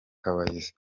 kabayiza